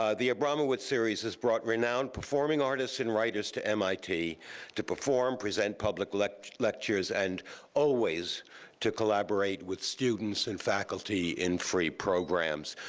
ah the abramowitz series has brought renowned performing artists and writers to mit to perform, present public lectures, and always to collaborate with students and faculty in free programs.